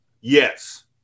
Yes